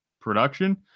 production